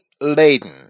laden